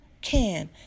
can